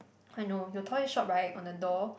I know your toy shop right on the door